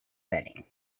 setting